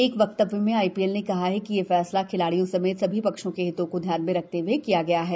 एक वक्तव्य में आईपीएल ने कहा है कि यह फैसला खिलाड़ियों समेत सभी पक्षों के हित को ध्यान में रखते हए किया गया है